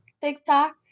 TikTok